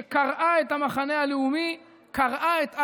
שקרעה את המחנה הלאומי, קרעה את ערכיו.